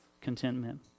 contentment